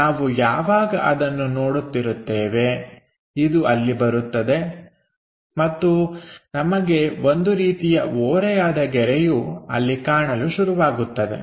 ನಾವು ಯಾವಾಗ ಅದನ್ನು ನೋಡುತ್ತಿರುತ್ತೇವೆ ಇದು ಅಲ್ಲಿ ಬರುತ್ತದೆ ಮತ್ತು ನಮಗೆ ಒಂದು ರೀತಿಯ ಓರೆಯಾದ ಗೆರೆಯು ಅಲ್ಲಿ ಕಾಣಲು ಶುರುವಾಗುತ್ತದೆ